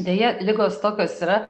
deja ligos tokios yra